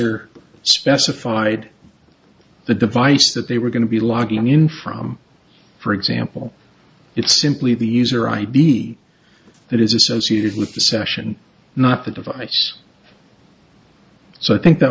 user specified the device that they were going to be logging in from for example it's simply the user id that is associated with the session not the device so i think that